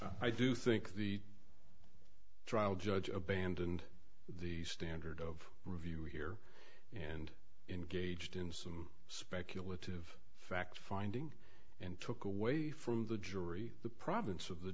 i do think the trial judge abandoned the standard of review here and engaged in some speculative fact finding and took away from the jury the province of the